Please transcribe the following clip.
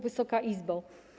Wysoka Izbo!